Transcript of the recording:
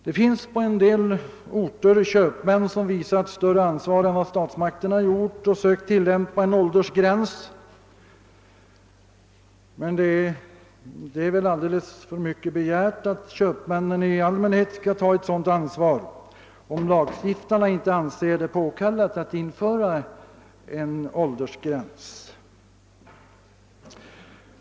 Det finns på en del orter köpmän som visat större ansvar än vad statsmakterna gjort och sökt tillämpa en åldersgräns, men det är väl alldeles för mycket begärt att köpmännen i allmänhet skall ta ett sådant ansvar, om lagstiftarna inte anser det påkallat att införa åldersgräns.